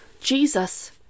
Jesus